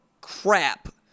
crap